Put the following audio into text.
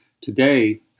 Today